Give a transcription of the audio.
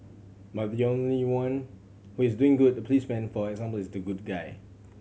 but the only one who is doing good the policeman for example is the good guy